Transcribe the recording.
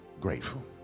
grateful